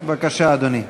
בבקשה, אדוני.